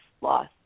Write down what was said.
loss